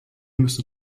müssen